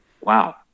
wow